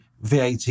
VAT